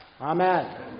Amen